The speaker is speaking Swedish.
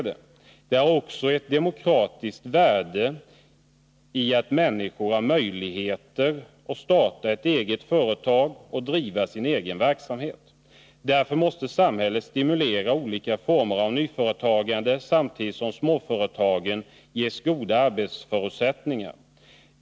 Det ligger också ett demokratiskt värde i att människor har möjligheter att starta ett eget företag och driva sin egen verksamhet. Därför måste samhället stimulera olika former av nyföretagande, samtidigt som småföretagen ges goda arbetsförutsättningar.